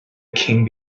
king